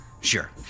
Sure